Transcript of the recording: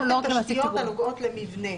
"התשתיות הנוגעות למבנה".